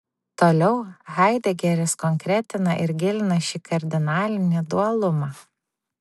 toliau haidegeris konkretina ir gilina šį kardinalinį dualumą